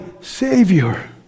Savior